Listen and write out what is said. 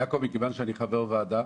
יעקב, מכוון שאני חבר ועדה,